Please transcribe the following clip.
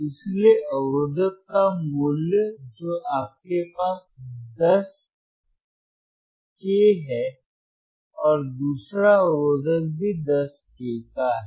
इसलिए अवरोधक का मूल्य जो आपके पास 10k है और दूसरा अवरोधक भी 10k का है